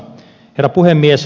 herra puhemies